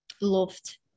loved